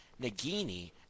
Nagini